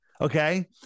Okay